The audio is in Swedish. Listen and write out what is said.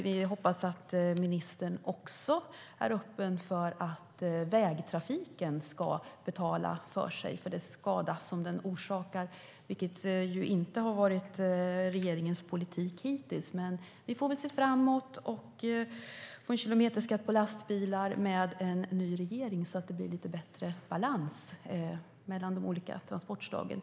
Vi hoppas att ministern också är öppen för att vägtrafiken ska betala för den skada som den orsakar. Det har ju inte varit regeringens politik hittills, men vi får se fram emot en kilometerskatt på lastbilar med en ny regering, så att det blir lite bättre balans mellan de olika transportslagen.